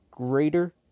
greater